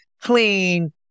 clean